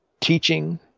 teaching